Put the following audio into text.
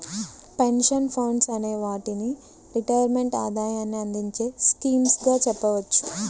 pension funds అనే వాటిని retirement ఆదాయాన్ని అందించే స్కీమ్స్ గా చెప్పవచ్చు